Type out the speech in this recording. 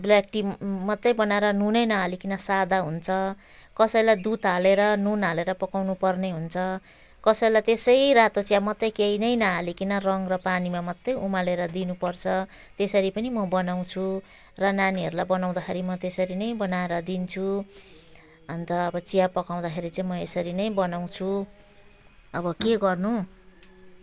black tea मात्रै बनाएर नुनै नहालीकन सादा हुन्छ कसैलाई दुध हालेर नुन हालेर पकाउनुपर्ने हुन्छ कसैलाई त्यसै रातो चिया मात्रै केही नै नहालीकन रङ र पानीमा मात्रै उमालेर दिनुपर्छ त्यसरी पनि म बनाउँछु र नानीहरूलाई बनाउँदाखेरि म त्यसरी नै बनाएर दिन्छु अन्त अब चिया पकाउँदाखेरि चाहिँ म यसरी नै बनाउँछु अब के गर्नु